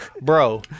Bro